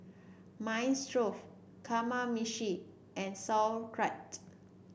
Minestrone Kamameshi and Sauerkraut